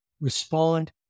respond